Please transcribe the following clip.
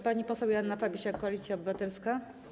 Pani poseł Joanna Fabisiak, Koalicja Obywatelska.